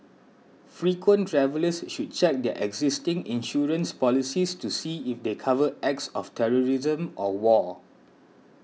frequent travellers should check their existing insurance policies to see if they cover acts of terrorism or war